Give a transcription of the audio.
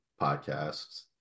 podcasts